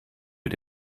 mit